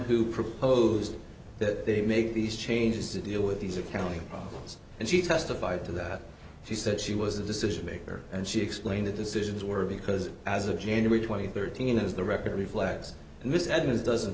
who proposed that they make these changes to deal with these accounting problems and she testified to that she said she was a decision maker and she explained the decisions were because as of january twentieth thirteen is the record reflects mr edmunds doesn't